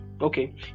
okay